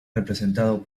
representado